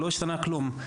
לא השתנה כלום.